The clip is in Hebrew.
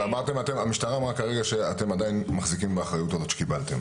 המשטרה אמרה כרגע שאתם עדיין מחזיקים באחריות הזאת שקיבלתם.